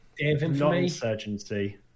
Non-insurgency